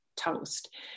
toast